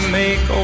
make